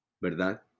verdad